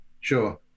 Sure